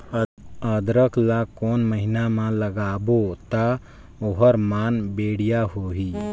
अदरक ला कोन महीना मा लगाबो ता ओहार मान बेडिया होही?